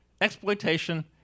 exploitation